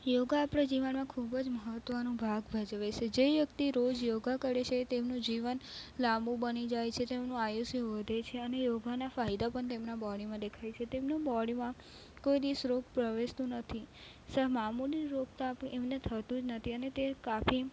યોગા આપણા જીવનમાં ખૂબ મહત્વનું ભાગ ભજવે છે જે વ્યક્તિ રોજ યોગા કરે છે તેમનું જીવન લાંબુ બની જાય છે તેમનું આયુષ્ય વધે છે અને યોગાના ફાયદા પણ તેમના બોડીમાં દેખાય છે તેમનું બોડીમાં કોઈ દિવસ રોગ પ્રવેશતો નથી જેમ મામૂલી રોગ એમને થતો જ નથી અને તેને તે કાફી